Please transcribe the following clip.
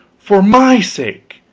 for my sake,